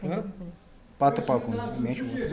پتہٕ پکُن